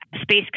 Space